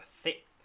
thick